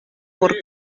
por